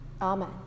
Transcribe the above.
Amen